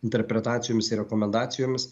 interpretacijomis ir rekomendacijomis